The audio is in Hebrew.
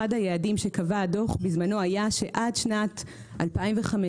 אחד היעדים שקבע הדוח בשעתו היה שעד שנת 2015,